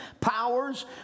powers